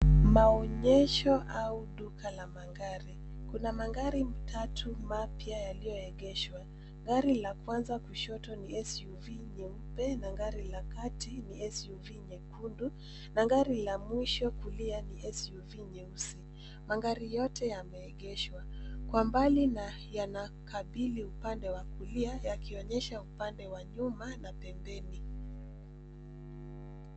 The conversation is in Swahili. Maonyesho au duka la magari, kuna magari matatu mapya yaliyoegeshwa, gari la kwanza kushoto ni SUV nyeupe na ngari la kati ni SUV nyekundu, na gari la mwisho kulia ni SUV nyeusi. Mangari yote yameegeshwa, kwa mbali na yanakabili upande wa kulia na yakionyesha upande wa nyuma na pembeni.